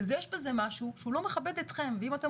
יש בזה משהו שהוא לא מכבד אתכם ואם אתם